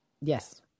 yes